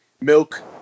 milk